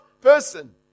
person